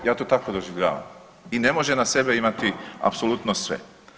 Ja to tako doživljavam i ne može na sebe imati apsolutno sve.